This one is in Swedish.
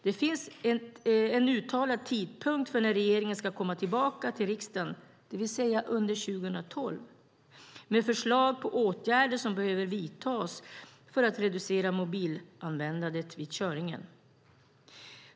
Det finns en uttalad tidpunkt för när regeringen ska komma tillbaka till riksdagen, det vill säga under 2012, med förslag på åtgärder som behöver vidtas för att reducera mobilanvändandet vid körning.